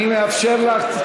אני מאפשר לך.